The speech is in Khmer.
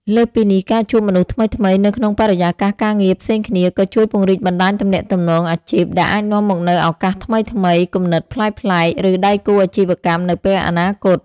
លើសពីនេះ ការជួបមនុស្សថ្មីៗនៅក្នុងបរិយាកាសការងារផ្សេងគ្នា ក៏ជួយពង្រីកបណ្តាញទំនាក់ទំនងអាជីព ដែលអាចនាំមកនូវឱកាសថ្មីៗ គំនិតប្លែកៗ ឬដៃគូអាជីវកម្មនៅពេលអនាគត។